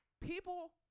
people